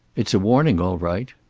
it's a warning, all right.